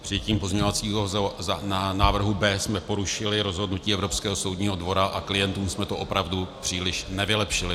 Přijetím pozměňovacího návrhu B jsme porušili rozhodnutí Evropského soudního dvora a klientům jsme to opravdu příliš nevylepšili.